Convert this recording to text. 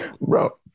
Bro